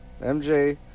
MJ